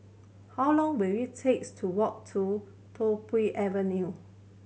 how long will it takes to walk to Tiong Poh Avenue